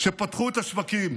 שפתחו את השווקים,